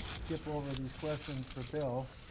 skip over these questions for bill